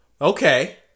okay